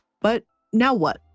but, now what,